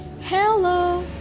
Hello